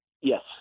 yes